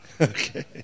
Okay